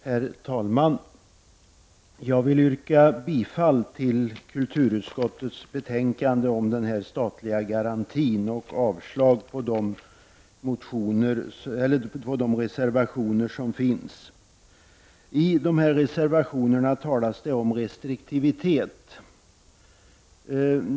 Herr talman! Jag vill yrka bifall till hemställan i kulturutskottets betänkande om den statliga garantin och avslag på reservationerna. I reservationerna talas det om restriktivitet.